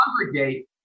congregate